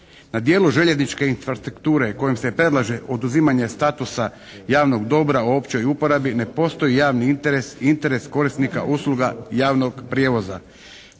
Na dijelu željezničke infrastrukture kojom se predlaže oduzimanje statusa javnog dobra u općoj uporabi ne postoji javni interes, interes korisnika usluga javnog prijevoza.